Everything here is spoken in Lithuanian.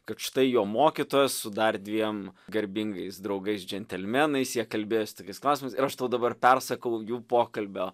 kad štai jo mokytojas su dar dviem garbingais draugais džentelmenais jie kalbės tokiais klausimais ir aš tau dabar persakau jų pokalbio